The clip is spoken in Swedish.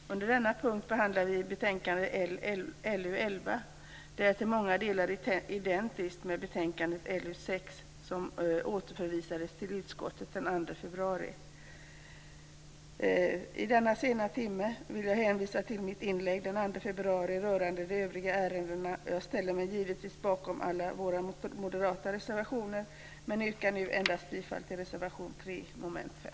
Fru talman! Under denna punkt behandlas betänkande LU11. Betänkandet är till stora delar identiskt med betänkande LU6 som återförvisades till utskottet den 2 februari. Denna sena timme nöjer jag mig rörande övriga ärenden med att hänvisa till mitt anförande den 2 februari. Givetvis står jag bakom alla moderata reservationer men yrkar bifall endast till reservation 3 under mom. 5.